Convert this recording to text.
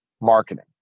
marketing